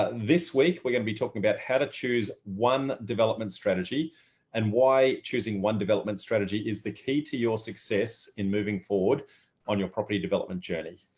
this week we're going to be talking about how to choose one development strategy and why choosing one development strategy is the key to your success in moving forward on your property development journey.